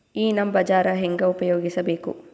ಈ ನಮ್ ಬಜಾರ ಹೆಂಗ ಉಪಯೋಗಿಸಬೇಕು?